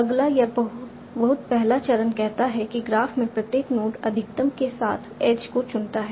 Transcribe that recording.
अगला या बहुत पहला चरण कहता है कि ग्राफ़ में प्रत्येक नोड अधिकतम के साथ एज को चुनता है